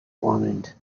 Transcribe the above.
wanted